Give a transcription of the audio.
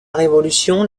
révolution